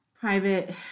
private